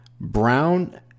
Brown